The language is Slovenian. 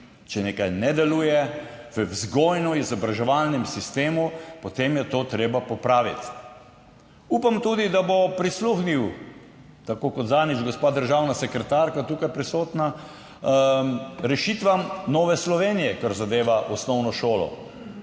Če nekaj ne deluje v vzgojno izobraževalnem sistemu, potem je to treba popraviti. Upam tudi, da bo prisluhnil, tako kot zadnjič gospa državna sekretarka, tukaj prisotna, rešitvam Nove Slovenije kar zadeva osnovno šolo